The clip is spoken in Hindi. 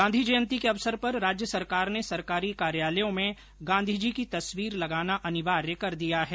गांधी जयंती के अवसर पर राज्य सरकार ने सरकारी कार्यालयों में गांधी जी तस्वीर लगाना अनिवार्य कर दिया है